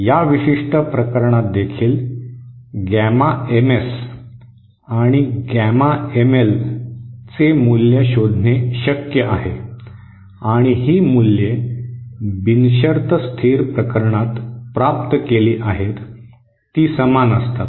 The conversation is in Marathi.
या विशिष्ट प्रकरणात देखील गॅमा एमएस आणि गॅमा एमएलचे मूल्य शोधणे शक्य आहे आणि ही मूल्ये बिनशर्त स्थिर प्रकरणात प्राप्त केली आहेत ती समान असतात